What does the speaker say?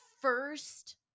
first